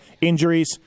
injuries